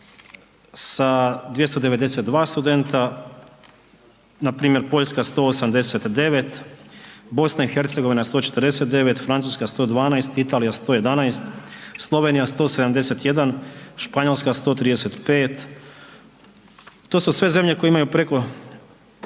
sa 292 studenta, npr. Poljska 189, BiH 149, Francuska 112, Italija 111, Slovenija 171, Španjolska 135, to su sve zemlje koje imaju preko